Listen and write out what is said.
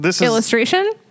illustration